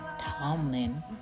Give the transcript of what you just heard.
Tomlin